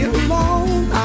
alone